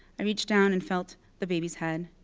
i reached down and felt the baby's head.